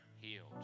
healed